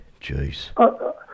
jeez